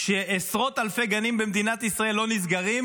שעשרות אלפי גנים במדינת ישראל לא נסגרים